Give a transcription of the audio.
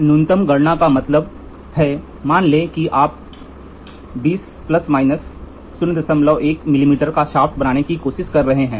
न्यूनतम गणना का मतलब है मान लें कि आप 20 ± 01 मिमी का शाफ्ट बनाने की कोशिश कर रहे हैं